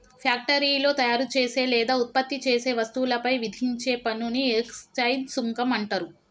ఫ్యాక్టరీలో తయారుచేసే లేదా ఉత్పత్తి చేసే వస్తువులపై విధించే పన్నుని ఎక్సైజ్ సుంకం అంటరు